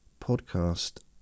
Podcast